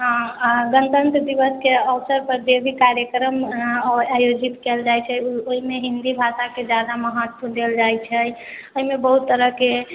हँ गणतन्त्र दिवसके अवसर पर जे भी कार्यक्रम आयोजित कयल जाइ छै ओहिमे हिन्दी भाषाके जादा महत्व देल जाइ छै एहिमे बहुत तरहके